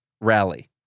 rally